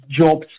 jobs